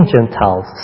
Gentiles